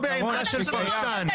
לא העיקרון, אסף.